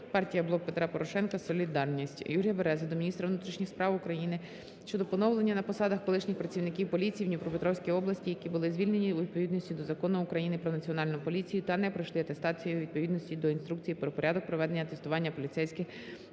"Партія "Блок Петра Порошенка "Солідарність". Юрія Берези до міністра внутрішніх справ України щодо поновлення на посадах колишніх працівників поліції в Дніпропетровській області, які були звільнені у відповідності до Закону України "Про національну поліцію" та не пройшли атестацію у відповідності до Інструкції "Про порядок проведення атестування поліцейських",